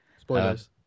spoilers